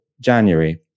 January